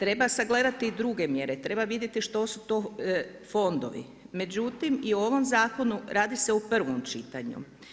Treba sagledati i druge mjere, treba vidjeti što su to fondovi, međutim i u ovom zakonu radi se o prvom čitanju.